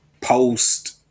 post